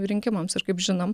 rinkimams ir kaip žinom